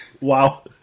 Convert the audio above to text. Wow